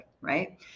Right